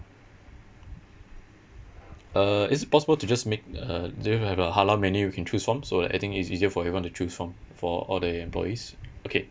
uh is it possible to just make uh do you have a halal menu you can choose from so I think it's easier for everyone to choose from for all the employees okay